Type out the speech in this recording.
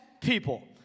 people